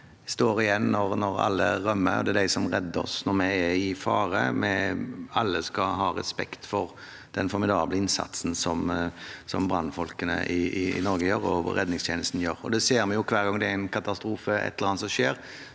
som står igjen når alle rømmer. Det er de som redder oss når vi er i fare. Alle skal ha respekt for den formidable innsatsen som brannfolkene og redningstjenesten i Norge gjør. Det ser vi hver gang det er en katastrofe, et eller